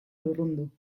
lurrundu